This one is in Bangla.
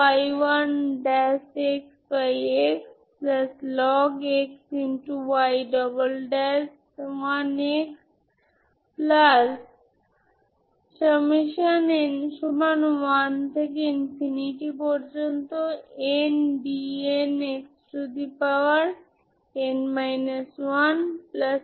আপনি দেখতে পাচ্ছেন যে আপনি এটি পুনরায় লিখতে পারেন এটি Ly λy self adjoint form বা স্কেও সিমেট্রিক ফর্ম এ রাখতে পারেন যেখানে L হল স্কেও সিমেট্রিক যদি আপনি এই ফর্মটি রাখেন আমার L কি